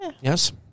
Yes